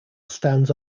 stands